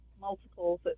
multiples